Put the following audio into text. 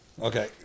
Okay